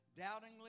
Doubtingly